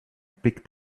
picked